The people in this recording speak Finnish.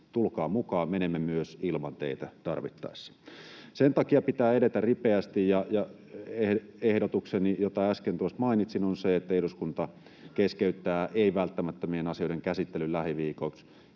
tulkaa mukaan, menemme tarvittaessa myös ilman teitä. Sen takia pitää edetä ripeästi, ja ehdotukseni, jonka äsken tuossa mainitsin, on se, että eduskunta keskeyttää ei-välttämättömien asioiden käsittelyn lähiviikoiksi,